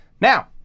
now